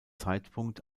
zeitpunkt